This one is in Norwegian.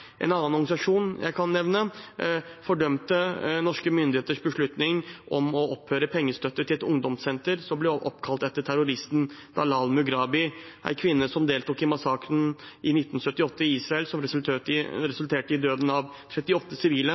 En annen organisasjon jeg kan nevne, fordømte norske myndigheters beslutning om opphør av pengestøtte til et ungdomssenter som ble oppkalt etter terroristen Dalal Mughrabi, en kvinne som deltok i en massakre i Israel i 1978, som resulterte i død for 38 sivile,